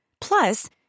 Plus